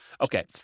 okay